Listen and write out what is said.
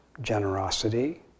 generosity